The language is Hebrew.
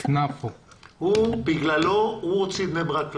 הוא הוציא את בני ברק מהעוני,